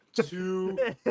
two